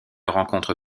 rencontre